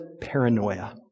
paranoia